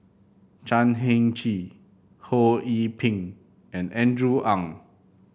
Chan Heng Chee Ho Yee Ping and Andrew Ang